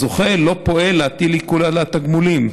הזוכה לא פועל להטיל עיקול על התגמולים,